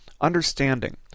Understanding